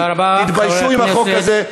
תודה רבה, חבר הכנסת, תתביישו עם החוק הזה.